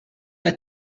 pas